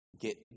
get